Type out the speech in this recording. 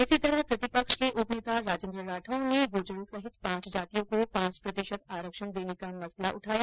इसी तरह प्रतिपक्ष के उपनेता राजेंद्र राठौड ने गुर्जरों सहित पांच जातियों को पांच प्रतिशत आरक्षण देने का मसला उठाया